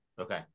Okay